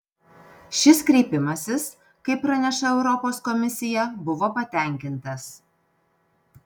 šis kreipimasis kaip praneša europos komisija buvo patenkintas